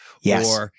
Yes